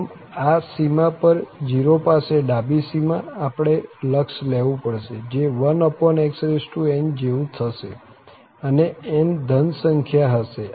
આમ આ સીમા પર 0 પાસે ડાબી સીમા આપણે લક્ષ લેવું પડશે જે 1xn જેવું થશે અને n ધન સંખ્યા હશે